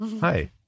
hi